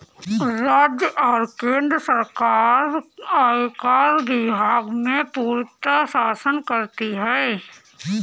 राज्य और केन्द्र सरकार आयकर विभाग में पूर्णतयः शासन करती हैं